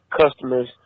customers